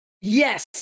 Yes